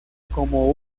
como